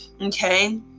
Okay